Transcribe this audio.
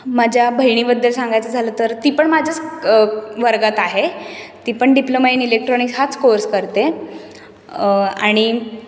माझ्या बहिणीबद्दल सांगायचं झालं तर ती पण माझ्याच वर्गात आहे ती पण डिप्लोमा इन इलेक्ट्रॉनिक्स हाच कोर्स करते आणि